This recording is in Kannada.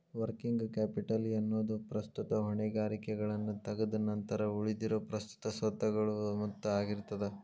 ವರ್ಕಿಂಗ್ ಕ್ಯಾಪಿಟಲ್ ಎನ್ನೊದು ಪ್ರಸ್ತುತ ಹೊಣೆಗಾರಿಕೆಗಳನ್ನ ತಗದ್ ನಂತರ ಉಳಿದಿರೊ ಪ್ರಸ್ತುತ ಸ್ವತ್ತುಗಳ ಮೊತ್ತ ಆಗಿರ್ತದ